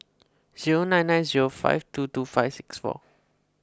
zero nine nine zero five two two five six four